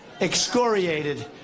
excoriated